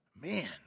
Man